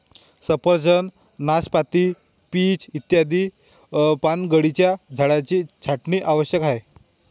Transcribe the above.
सफरचंद, नाशपाती, पीच इत्यादी पानगळीच्या झाडांची छाटणी आवश्यक आहे